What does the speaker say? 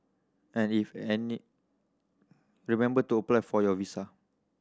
and if any remember to apply for your visa